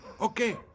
Okay